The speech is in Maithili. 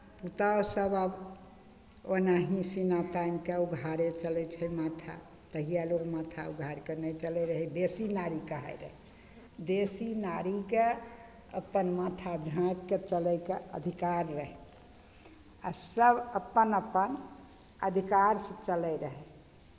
पुतहु सभ आब ओनाहि सीना तानि कऽ उघाड़े चलै छै माथा तहिया लोक माथा उघाड़ि कऽ नहि चलैत रहय देशी नारी कहाइ रहै देशी नारीके अपन माथा झाँपि कऽ चलैके अधिकार रहै आ सभ अपन अपन अधिकारसँ चलैत रहै